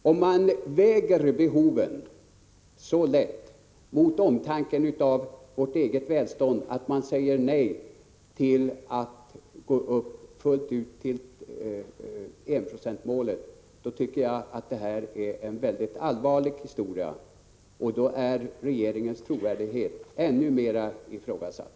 Om man väger behoven så lätt mot omtanken om vårt eget välstånd att man säger nej till att fullt ut nå upp till enprocentsmålet, då tycker jag att det här är en väldigt allvarlig historia. Då blir regeringens trovärdighet ännu mera ifrågasatt.